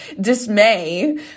dismay